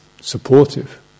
supportive